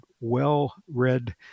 well-read